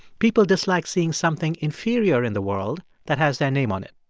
people dislike seeing something inferior in the world that has their name on it